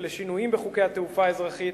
לשינויים בחוקי התעופה האזרחית,